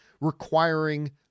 requiring